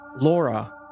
Laura